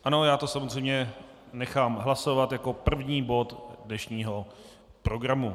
Ano, já to samozřejmě nechám hlasovat jako první bod dnešního programu.